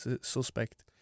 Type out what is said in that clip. Suspect